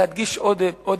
להדגיש עוד היבט.